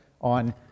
on